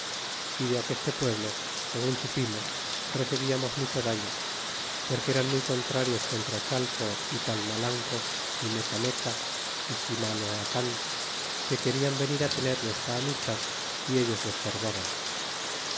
y de aqueste pueblo segun supimos recebiamos mucho daño porque eran muy contrarios contra chale y talmalanco y mecameca y chimaloacan que querían venir a tener nuestra amistad y ellos lo